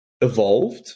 evolved